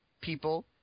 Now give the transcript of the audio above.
people